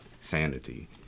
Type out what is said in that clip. sanity